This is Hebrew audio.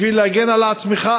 בשביל להגן על עצמך,